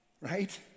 right